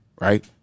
Right